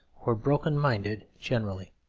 or broken-minded generally.